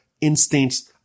instincts